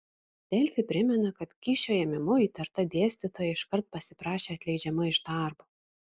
delfi primena kad kyšio ėmimu įtarta dėstytoja iškart pasiprašė atleidžiama iš darbo